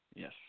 Yes